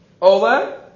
Ola